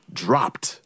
dropped